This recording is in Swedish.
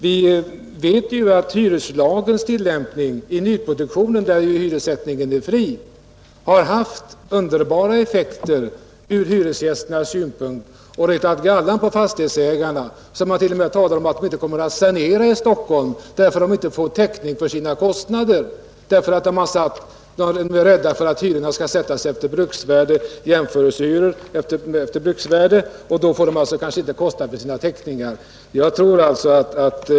Vi vet att hyreslagens tillämpning i nyproduktionen, där hyressättningen är fri, har haft underbara effekter ur hyresgästernas synpunkt. De effekterna har retat galla på fastighetsägarna, så att de t.o.m. nu talar om att inte sanera mera i Stockholm, eftersom de inte får täckning för sina kostnader. De är rädda för att jämförelsehyrorna kommer att sättas efter bruksvärdet, och då får de kanske inte täckning för kostnaderna.